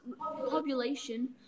population